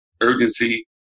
urgency